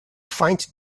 find